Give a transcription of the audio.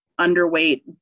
underweight